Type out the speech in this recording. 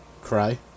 Cry